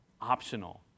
optional